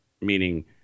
meaning